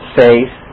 faith